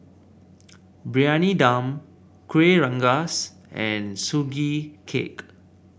Briyani Dum Kueh Rengas and Sugee Cake